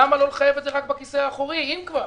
למה לא לחייב את זה רק בכיסא האחורי אם כבר?